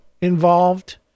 involved